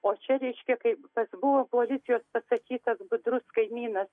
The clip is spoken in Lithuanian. o čia reiškia kaip tas buvo policijos pasakytas budrus kaimynas